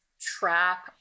trap